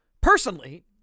Personally